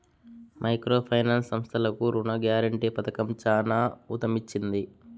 micro finance సంస్థలకు రుణ guarantee పథకం చానా ఊతమిచ్చింది